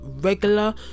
regular